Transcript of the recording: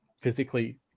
physically